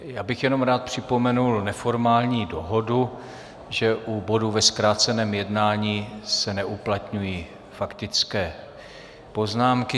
Já bych jenom rád připomněl neformální dohodu, že u bodu ve zkráceném jednání se neuplatňují faktické poznámky.